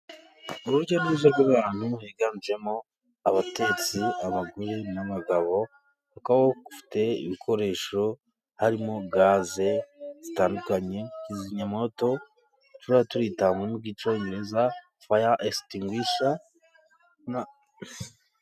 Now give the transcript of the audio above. Urujya n'uruza rw'abantu .Higanjemo abatetsi ,abagore n'abagabo. Kuko ifite ibikoresho harimo gaze zitandukanye. Kizimyamwoto tubyita mu rurumi rw'icyongereza fire extinguisher.